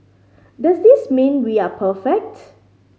does this mean we are perfect